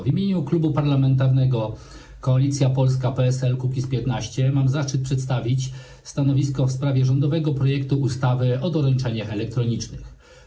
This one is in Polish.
W imieniu Klubu Parlamentarnego Koalicja Polska - PSL - Kukiz15 mam zaszczyt przedstawić stanowisko w sprawie rządowego projektu ustawy o doręczeniach elektronicznych.